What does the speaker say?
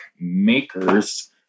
Makers